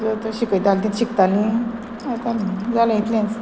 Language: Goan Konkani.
जो तो शिकयता तें शिकतालीं येतालीं जालें इतलेंच